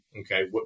Okay